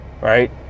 right